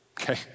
okay